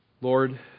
Lord